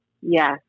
Yes